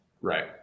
Right